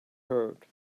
heard